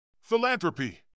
Philanthropy